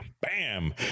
Bam